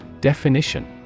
Definition